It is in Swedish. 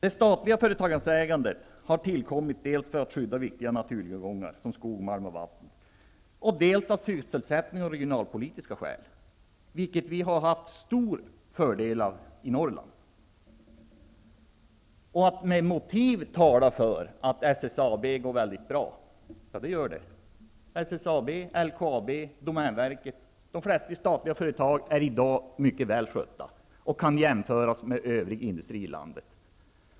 Det statliga företagsägandet har tillkommit dels för att skydda viktiga naturtillgångar som skog, malm och vatten, dels av sysselsättnings och regionalpolitiska skäl. Det har vi haft stor fördel av i Norrland. SSAB går bra. SSAB, LKAB, Domänverket -- de flesta statliga företag är i dag mycket välskötta och kan jämföras med övrig industri i landet.